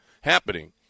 happening